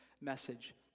message